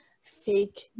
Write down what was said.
fake